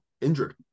injured